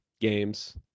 games